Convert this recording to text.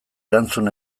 erantzun